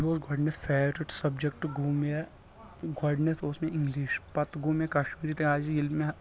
مےٚ اوس گۄڈٕنیتھ فیورِٹ سبجکٹہٕ گوٚو مےٚ گۄڈٕنٮ۪تھ اوس مےٚ اِنگلِش پتہٕ گوٚو کشمیٖری تہٕ اَز ییٚلہِ مےٚ